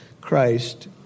Christ